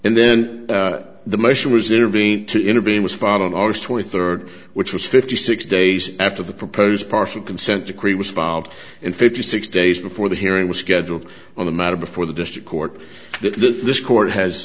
and then the motion was intervened to intervene was follow on august twenty third which was fifty six days after the proposed partial consent decree was filed and fifty six days before the hearing was scheduled on the matter before the district court